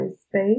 space